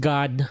God